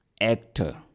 actor